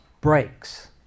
breaks